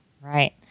Right